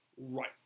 Right